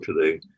today